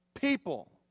people